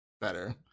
better